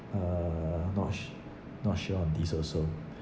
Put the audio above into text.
uh not su~ not sure on this also